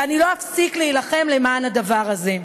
ואני לא אפסיק להילחם למען הדבר הזה.